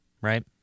right